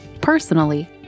Personally